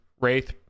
Wraith